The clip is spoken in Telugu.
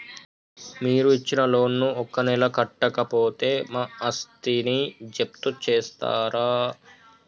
మీరు ఇచ్చిన లోన్ ను ఒక నెల కట్టకపోతే మా ఆస్తిని జప్తు చేస్తరా?